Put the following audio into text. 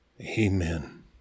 Amen